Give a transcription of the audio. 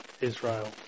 Israel